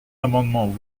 amendement